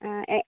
ആ എ